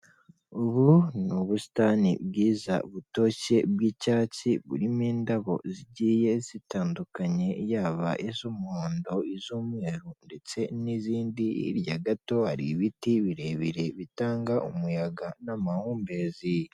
Ubu ni ubusitani bwiza butoshye bw'icyatsi burimo indabo zigiye zitandukanye yaba iz'umuhondo, iz'umweru ndetse n'izindi hirya gato hari ibiti birebire bitanga umuyaga n'amahumbezi.